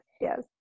Yes